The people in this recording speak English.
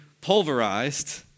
pulverized